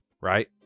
Right